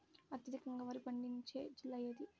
అత్యధికంగా వరి పండించే జిల్లా ఏది?